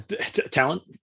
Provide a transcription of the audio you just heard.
talent